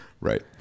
Right